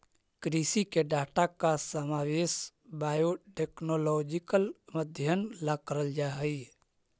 कृषि के डाटा का समावेश बायोटेक्नोलॉजिकल अध्ययन ला करल जा हई